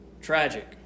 tragic